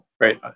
Great